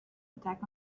attack